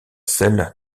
celle